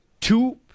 Two